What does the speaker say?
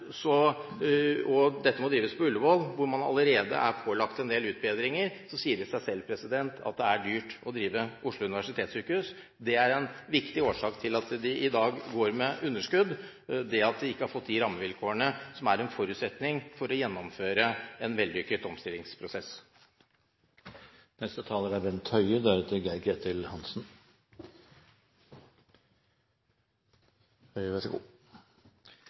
og dette må drives på Ullevål, hvor man allerede er pålagt en del utbedringer, sier det seg selv at det er dyrt å drive Oslo universitetssykehus. En viktig årsak til at de i dag går med underskudd, er at de ikke har fått de rammevilkårene som er en forutsetning for å gjennomføre en vellykket omstillingsprosess.